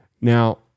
Now